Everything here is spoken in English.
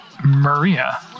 Maria